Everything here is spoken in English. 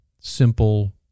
simple